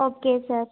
okay sir